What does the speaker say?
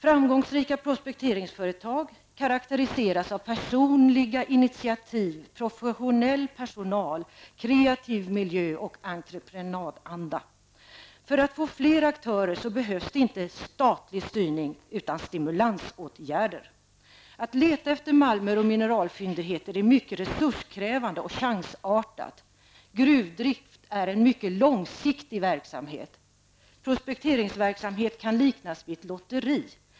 Framgångsrika prospekteringsföretag karakteriseras av personliga initiativ, professionell personal, kreativ miljö och entreprenadanda. För att få fler aktörer behövs inte en statlig styrning utan stimulansåtgärd. Att leta efter malmer och mineralfyndigheter är mycket resurskrävande och chansartat. Gruvdrift är en mycket långsiktig verksamhet. Prospekteringsverksamhet kan liknas vid ett lotteri.